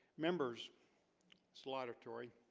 members slaughter tory